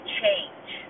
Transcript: change